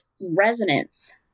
resonance